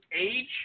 age